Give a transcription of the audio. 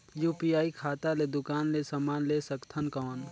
UPI खाता ले दुकान ले समान ले सकथन कौन?